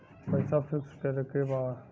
पैसा पिक्स करके बा?